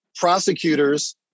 prosecutors